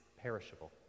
perishable